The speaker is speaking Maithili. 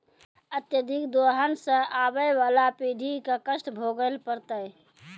अत्यधिक दोहन सें आबय वाला पीढ़ी क कष्ट भोगै ल पड़तै